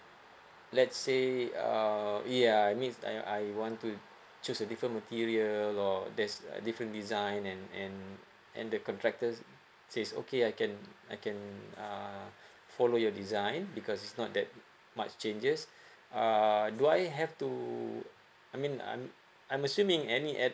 let say uh yeah I mean I I want to choose a different material or there's different design and and and the contractors says okay I can I can uh follow your design because it's not that much changes uh do I have to I mean I'm I'm assuming any add